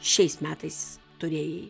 šiais metais turėjai